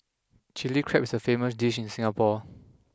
chilli crab is a famous dish in Singapore